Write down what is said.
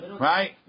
right